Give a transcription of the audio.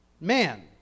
man